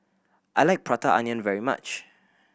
I like Prata Onion very much